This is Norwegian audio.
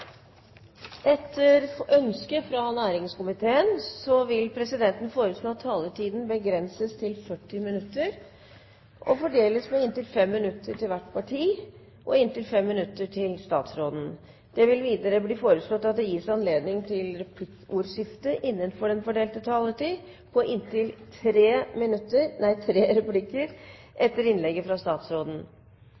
Etter ønske fra næringskomiteen vil presidenten foreslå at taletiden begrenses til 40 minutter og fordeles med inntil 5 minutter til hvert parti og inntil 5 minutter til statsråden. Videre vil presidenten foreslå at det gis anledning til replikkordskifte på inntil tre replikker med svar etter innlegget fra statsråden innenfor den fordelte taletid.